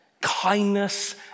kindness